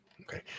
okay